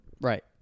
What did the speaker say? Right